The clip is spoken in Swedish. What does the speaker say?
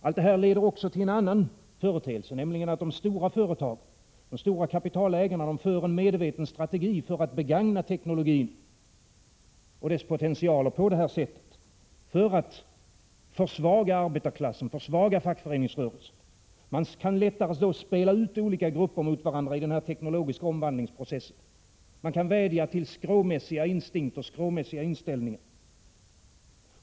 Allt detta leder också till en annan företeelse, nämligen att de stora företagen, de stora kapitalägarna, för en medveten strategi för att begagna teknologin och dess potential på detta sätt för att försvaga arbetarklassen och fackföreningsrörelsen. Man kan då lättare spela ut olika grupper mot varandra i denna teknologiska omvandlingsprocess. Man kan vädja till skråmässiga instinkter och skråmässiga inställningar.